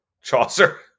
Chaucer